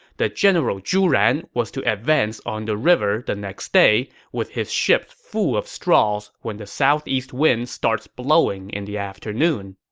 the general zhu ran was to advance on the river the next day with ships full of straws when the southeast wind starts blowing in the afternoon.